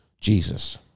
Jesus